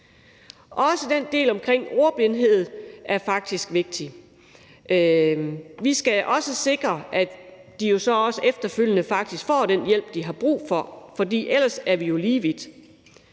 Også den del omkring ordblindhed er faktisk vigtig. Vi skal sikre, at de også efterfølgende faktisk får den hjælp, de har brug for, for ellers er vi jo lige vidt.